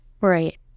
right